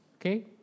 Okay